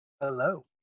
Hello